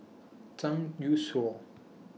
Zhang Youshuo